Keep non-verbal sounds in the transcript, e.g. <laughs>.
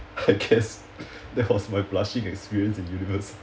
I guess <laughs> that was my blushing experience in university